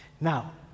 Now